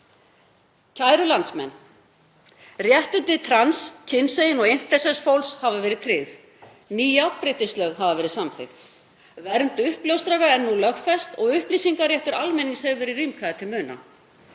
Kæru landsmenn. Réttindi trans, kynsegin og intersex fólks hafa verið tryggð. Ný jafnréttislög hafa verið samþykkt. Vernd uppljóstrara er nú lögfest og upplýsingaréttur almennings hefur verið rýmkaður til muna.